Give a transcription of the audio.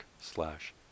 slash